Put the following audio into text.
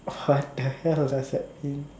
what the hell does that mean